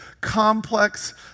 complex